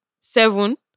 seven